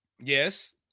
Yes